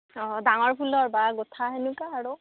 অঁ ডাঙৰ ফুলৰ বা গুঁঠা তেনেকুৱা আৰু